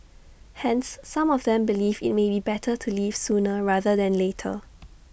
hence some of them believe IT may be better to leave sooner rather than later